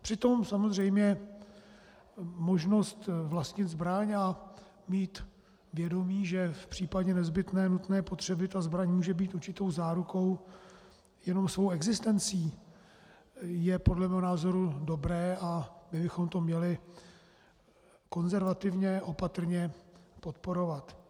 Přitom samozřejmě možnost vlastnit zbraň a mít vědomí, že v případě nezbytně nutné potřeby ta zbraň může být určitou zárukou jenom svou existencí, je podle mého názoru dobré a my bychom to měli konzervativně opatrně podporovat.